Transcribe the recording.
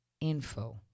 info